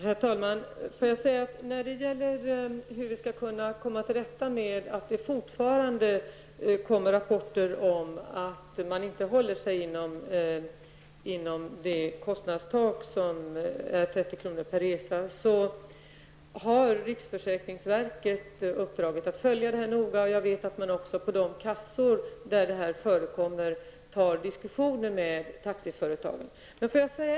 Herr talman! När det gäller hur vi skall komma till rätta med att det fortfarande kommer rapporter om att man inte håller sig inom kostnadstaket på 30 kr. per resa har riksförsäkringsverket uppdraget att följa det här noga. Jag vet att man också tar diskussioner med taxiföretagen på de försäkringskassor där det här förekommer.